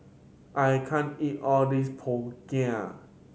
I can't eat all this png